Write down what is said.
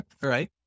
Right